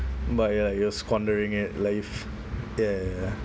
but ya you were squandering it like if ya ya ya